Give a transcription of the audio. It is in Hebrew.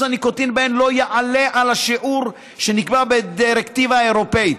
הניקוטין בהן לא יעלה על השיעור שנקבע בדירקטיבה האירופית.